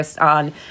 On